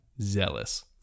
zealous